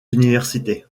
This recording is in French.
universités